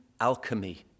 alchemy